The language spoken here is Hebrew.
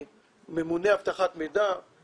משתדל לשמור על רמת טכנולוגיה גבוהה מאוד.